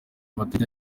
madrid